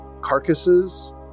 carcasses